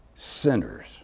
Sinners